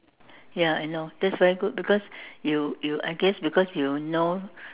ya I know that's very good because you you I guess because you know